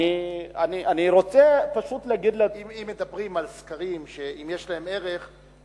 אם מדברים על סקרים והאם יש להם ערך,